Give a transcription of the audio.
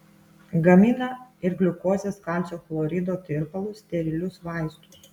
gamina ir gliukozės kalcio chlorido tirpalus sterilius vaistus